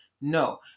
no